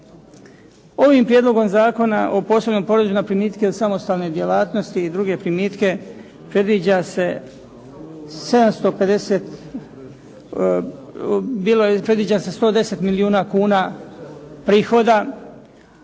Ovim Prijedlogom zakona o posebnom porezu na primitke od samostalne djelatnosti i druge primitke, predviđa se 110 milijuna kuna prihoda,